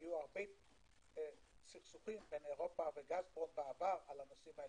והיו הרבה סכסוכים בין אירופה וגז פרום בעבר בנושאים האלה.